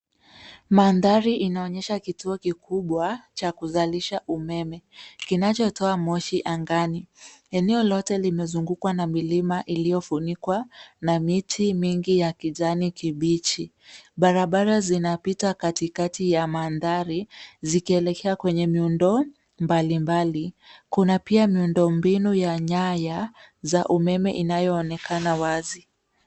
Mandhari inaonyesha kituo kikubwa cha kuzalisha umeme, kinachotoa moshi angani. Eneo lote limezungukwa na milima iliyofunikwa na miti mingi ya kijani kibichi. Barabara zinapita katikati ya mandhari, zikielekea kwenye miundo mbalimbali. Kuna pia miundombinu ya nyaya za umeme inayoonekana wazi.